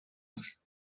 است